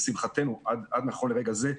לשמחתנו, עד נכון לרגע זה,